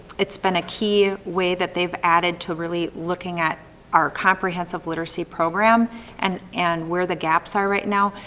it's been a key way that they've added to really looking at our comprehensive literacy program and and where the gaps are right now.